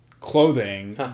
clothing